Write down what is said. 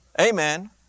Amen